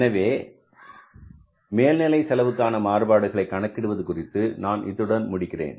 எனவே மேல்நிலை செலவுக்கான மாறுபாடுகளை கணக்கிடுவது குறித்து நான் இத்துடன் முடிக்கிறேன்